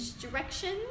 directions